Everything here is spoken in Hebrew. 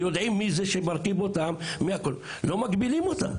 יודעים מי זה שמרכיב אותם ולא מגבילים אותם.